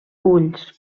ulls